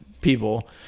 people